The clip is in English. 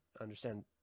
understand